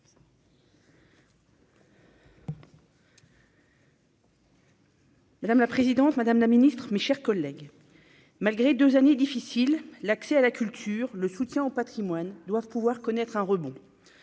Madame la présidente, Madame la Ministre, mes chers collègues, malgré 2 années difficiles, l'accès à la culture, le soutien au Patrimoine doivent pouvoir connaître un rebond,